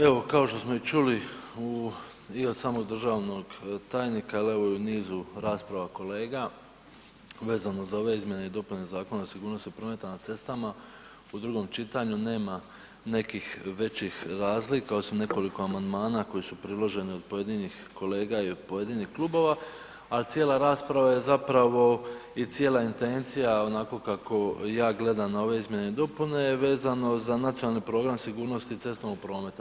Evo kao što smo i čuli i od samog državnog tajnika ali evo i u nizu rasprava kolega vezano za ove izmjene i dopune Zakona o sigurnosti prometa na cestama, u drugom čitanju nema nekih većih razlika osim nekoliko amandmana koje su priloženi od pojedinih kolega i od pojedinih klubova ali cijela rasprava je zapravo i cijela intencija onako kako ja gledam na ove izmjene i dopune je vezano za nacionalni program sigurnosti cestovnog prometa.